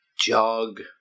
jog